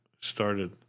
started